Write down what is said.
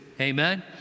Amen